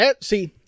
See